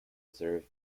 reserve